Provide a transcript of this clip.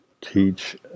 teach